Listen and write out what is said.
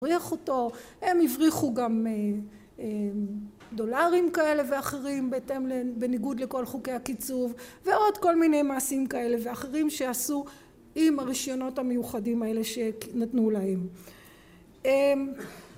הם הבריחו גם דולרים כאלה ואחרים בניגוד לכל חוקי הקיצוב ועוד כל מיני מעשים כאלה ואחרים שעשו עם הרשיונות המיוחדים האלה שנתנו להם